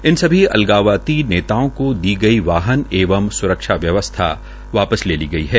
इन सभी अलगाववादी नेताओं को दी गई वाहन एवं स्रक्षा व्यवसथा वापस ले ली गई है